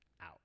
out